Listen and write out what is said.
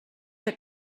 que